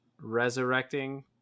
resurrecting